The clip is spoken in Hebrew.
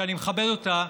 שאני מכבד אותה,